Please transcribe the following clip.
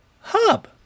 Hub